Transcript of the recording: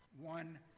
one